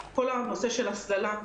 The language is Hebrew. כל הנושא של הסללה,